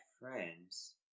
friends